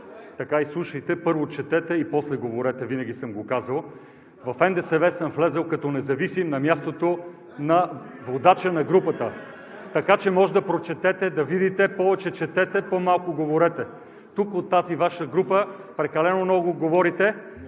така, изслушайте, първо четете и после говорете, винаги съм го казвал. В НДСВ съм влязъл като независим на мястото на водача на групата. Така че може да прочетете, да видите, повече четете, по-малко говорете. Тук от тази Ваша група прекалено много говорите,